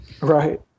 Right